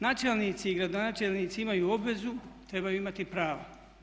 Načelnici i gradonačelnici imaju obvezu, trebaju imati i prava.